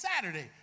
Saturday